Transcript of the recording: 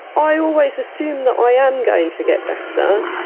i always assume that i am going to get better,